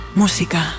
música